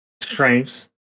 strengths